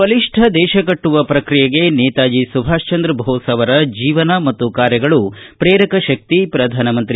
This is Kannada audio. ಬಲಿಷ್ಠ ದೇಶ ಕಟ್ಟುವ ಪ್ರಕ್ರಿಯೆಗೆ ನೇತಾಜ ಸುಭಾಷ್ಚಂದ್ರ ಬೋಸ್ ಅವರ ಜೀವನ ಮತ್ತು ಕಾರ್ಯಗಳು ಪ್ರೇರಕಶಕ್ತಿ ಪ್ರಧಾನ ಮಂತ್ರಿ